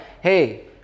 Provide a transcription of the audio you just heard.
hey